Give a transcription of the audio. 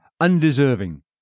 undeserving